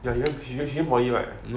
ya she went she went poly right